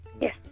Yes